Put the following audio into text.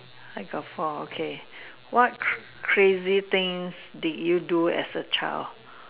I got four okay what crazy things did you do as a child